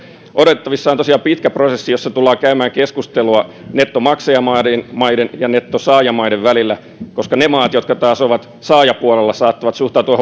odotettavissa on tosiaan pitkä prosessi jossa tullaan käymään keskustelua nettomaksajamaiden ja nettosaajamaiden välillä koska ne maat jotka taas ovat saajapuolella saattavat suhtautua